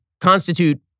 constitute